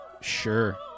Sure